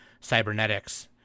cybernetics